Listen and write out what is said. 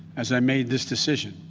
as i made this decision.